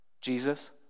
Jesus